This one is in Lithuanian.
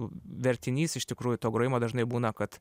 vertinys iš tikrųjų to grojimo dažnai būna kad